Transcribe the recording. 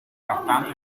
pertanto